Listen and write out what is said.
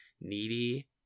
needy